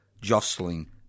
jostling